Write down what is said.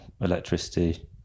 electricity